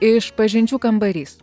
išpažinčių kambarys